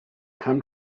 come